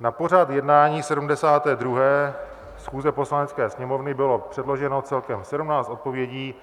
Na pořad jednání 72. schůze Poslanecké sněmovny bylo předloženo celkem 17 odpovědí